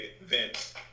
Vince